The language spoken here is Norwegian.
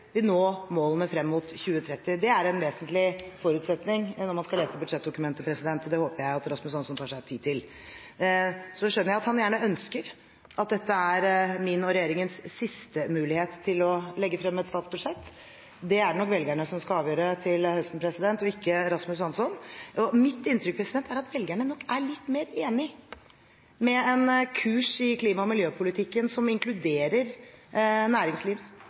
vil nå målene frem mot 2030. Det er en vesentlig forutsetning når man skal lese budsjettdokumentet, og det håper jeg Rasmus Hansson tar seg tid til. Så skjønner jeg at han gjerne ønsker at dette er min og regjeringens siste mulighet til å legge frem et statsbudsjett. Det er det velgerne som skal avgjøre til høsten, ikke Rasmus Hansson. Mitt inntrykk er at velgerne nok er litt mer enig med en kurs i klima- og miljøpolitikken som inkluderer